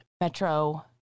metro